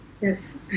Yes